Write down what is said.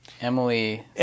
emily